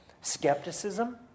skepticism